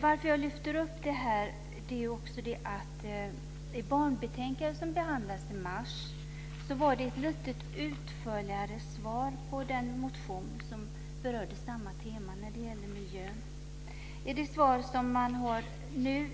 Att jag lyfter fram detta beror på att man i det barnbetänkande som behandlades i mars utförligare tog upp den motion som berörde samma tema när det gäller miljön.